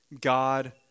God